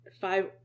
five